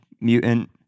Mutant